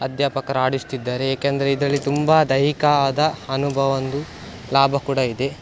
ಅಧ್ಯಾಪಕರು ಆಡಿಸ್ತಿದ್ದಾರೆ ಏಕೆಂದರೆ ಇದರಲ್ಲಿ ತುಂಬ ದೈಹಿಕ ಆದ ಅನುಭವೊಂದು ಲಾಭ ಕೂಡ ಇದೆ